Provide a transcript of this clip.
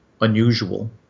unusual